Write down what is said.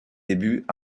débuts